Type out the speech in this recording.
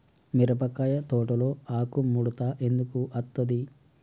మిరపకాయ తోటలో ఆకు ముడత ఎందుకు అత్తది?